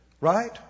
right